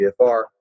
BFR